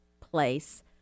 place